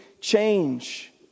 change